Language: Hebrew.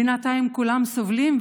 בינתיים כולם סובלים.